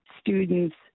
student's